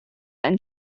and